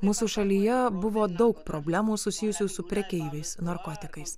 mūsų šalyje buvo daug problemų susijusių su prekeiviais narkotikais